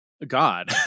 god